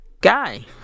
guy